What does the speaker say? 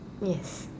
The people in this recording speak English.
yes